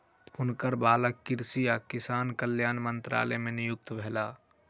हुनकर बालक कृषि आ किसान कल्याण मंत्रालय मे नियुक्त भेला